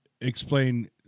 Explain